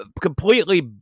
completely